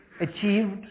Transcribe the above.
achieved